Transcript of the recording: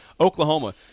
oklahoma